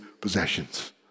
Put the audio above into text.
possessions